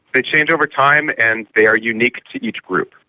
they change over time and they are unique to each group.